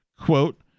Quote